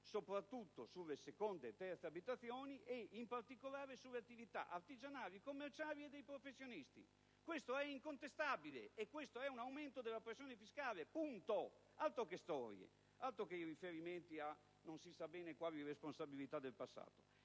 soprattutto sulle seconde e terze abitazioni e, in particolare, sulle attività artigianali, commerciali e dei professionisti: è incontestabile che si determinerà l'aumento della pressione fiscale. Altro che riferimenti a non si sa bene quali responsabilità del passato!